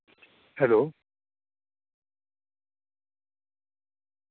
hello